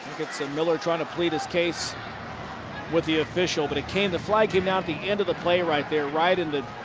miller trying to plead his case with the official. but the flag came down at the end of the play right there. right in the